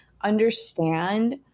understand